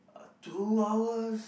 two hours